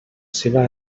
seva